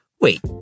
Wait